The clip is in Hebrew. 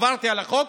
עברתי על החוק,